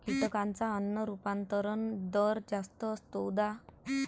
कीटकांचा अन्न रूपांतरण दर जास्त असतो, उदा